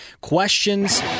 questions